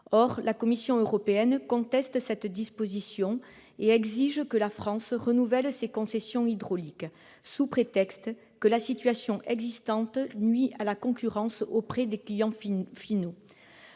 Or la Commission européenne conteste cette disposition et exige que la France renouvelle ses concessions hydrauliques, sous prétexte que la situation existante nuit à la concurrence auprès des clients finaux.